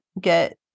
get